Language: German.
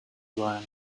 sein